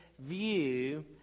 view